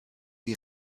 die